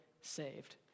saved